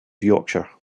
yorkshire